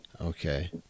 okay